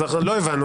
אז אנחנו לא הבנו.